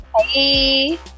hey